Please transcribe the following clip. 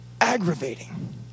aggravating